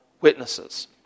witnesses